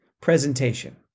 Presentation